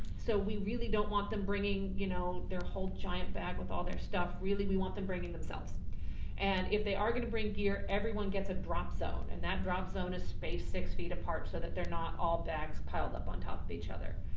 so we really don't want them bringing, you know, their whole giant bag with all their stuff really, we want them bringing themselves and if they are gonna bring gear, everyone gets a drop zone and that drop zone is spaced six feet apart so that they're not all bags piled up on top of each other.